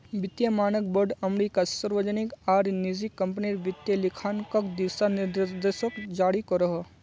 वित्तिय मानक बोर्ड अमेरिकात सार्वजनिक आर निजी क्म्पनीर वित्तिय लेखांकन दिशा निर्देशोक जारी करोहो